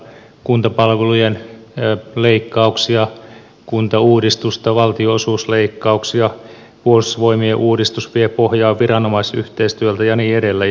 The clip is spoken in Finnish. kuntapalvelujen leikkauksia kuntauudistusta valtionosuusleikkauksia puolustusvoimien uudistuksen joka vie pohjaa viranomaisyhteistyöltä ja niin edelleen